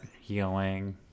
healing